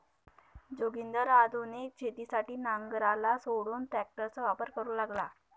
जोगिंदर आधुनिक शेतीसाठी नांगराला सोडून ट्रॅक्टरचा वापर करू लागला